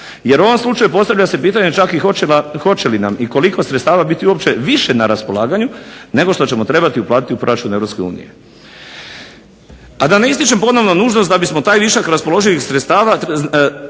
Jer u ovom slučaju postavlja se pitanje čak hoće li nam i koliko sredstava uopće biti više na raspolaganju nego što ćemo trebati uplatiti u proračun Europske unije. A da ne ističem ponovno nužnost da bismo taj višak raspoloživih sredstava